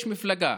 יש מפלגה,